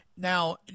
Now